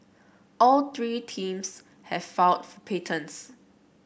all three teams have filed for patents